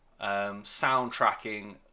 Soundtracking